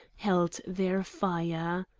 held their fire.